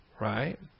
right